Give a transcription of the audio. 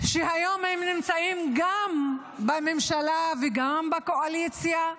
שהיום נמצאים גם בממשלה וגם בקואליציה,